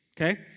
okay